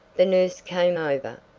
the nurse came over,